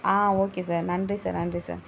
okay sir நன்றி sir நன்றி sir